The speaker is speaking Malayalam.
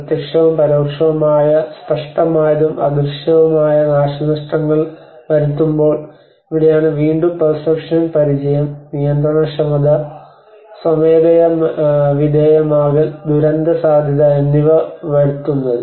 പ്രത്യക്ഷവും പരോക്ഷവുമായ സ്പഷ്ടമായതും അദൃശ്യവുമായ നാശനഷ്ടങ്ങൾ വരുത്തുമ്പോൾ ഇവിടെയാണ് വീണ്ടും പെർസെപ്ഷൻ പരിചയം നിയന്ത്രണക്ഷമത സ്വമേധയ വിധേയമാകൽ ദുരന്ത സാധ്യത എന്നിവ വരുത്തുന്നത്